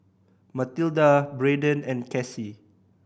Matilda Brayden and Cassie